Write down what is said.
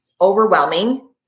overwhelming